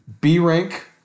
B-Rank